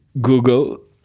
Google